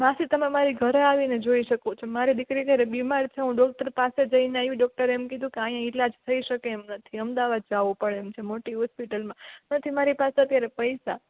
માસી તમે મારી ઘરે આવીને જોઈ શકો છો મારી દીકરી અત્યારે બીમાર છે હું ડૉક્ટર પાસે જઈને આયવી ડોક્ટરે એમ કીધું કે અહીંયા ઈલાજ થઈ શકે એમ નથી અમદાવાદ જાવું પડે એમ છે મોટી હોસ્પિટલમાં નથી મારી પાસે અત્યારે પૈસા